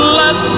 let